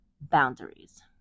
boundaries